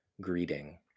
greeting